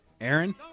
Aaron